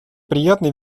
приятно